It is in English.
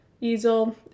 easel